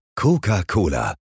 Coca-Cola